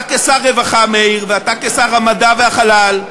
אתה כשר רווחה, מאיר, ואתה כשר המדע והחלל,